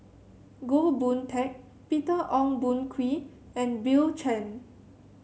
Goh Boon Teck Peter Ong Boon Kwee and Bill Chen